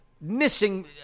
missing